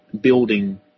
building